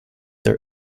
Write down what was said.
their